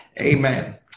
Amen